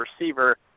receiver